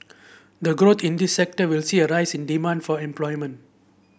the growth in this sector will see a rise in demand for employment